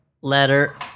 Letter